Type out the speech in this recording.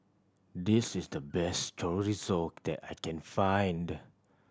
this is the best Chorizo that I can find